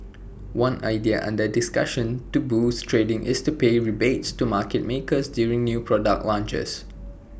one idea under discussion to boost trading is to pay rebates to market makers during new product launches